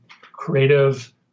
creative